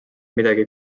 midagi